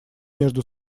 между